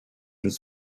was